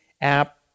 app